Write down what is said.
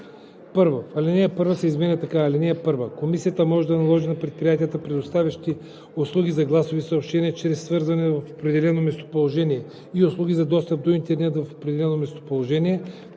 1. Алинея 1 се изменя така: „(1) Комисията може да наложи на предприятията, предоставящи услуги за гласови съобщения чрез свързване в определено местоположение и услуги за достъп до интернет в определено местоположение,